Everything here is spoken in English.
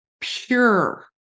pure